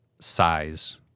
size